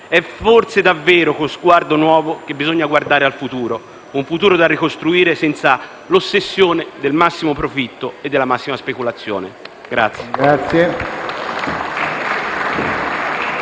Forse è davvero con sguardo nuovo che bisogna guardare al futuro, un futuro da ricostruire senza l'ossessione del massimo profitto e della massima speculazione.